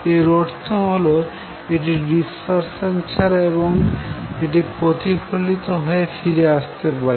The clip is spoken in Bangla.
এর অর্থ হল এটি ডিসপারশান ছাড়া এবং এটি প্রতিফলিত হয়ে ফিরে আসতে পারে